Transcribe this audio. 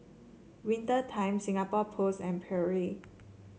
Winter Time Singapore Post and Perrier